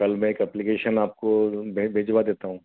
कल मैं एक एप्लकेशन आपको भे भिजवा देता हूँ